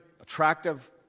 attractive